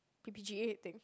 P_P_G_A thing